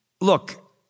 look